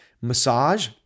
massage